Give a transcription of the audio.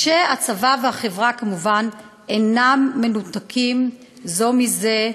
הצבא והחברה, כמובן, אינם מנותקים זה מזה,